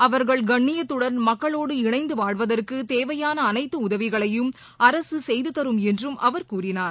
அவர்கள் கண்ணியத்துடன் மக்களோடு இணைந்து வாழ்வதற்கு தேவையான அனைத்து உதவிகளையும் அரசு செய்துதரும் என்றும் அவர் கூறினார்